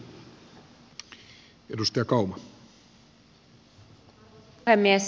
arvoisa puhemies